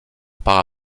para